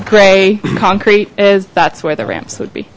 gray concrete is that's where the ramps would be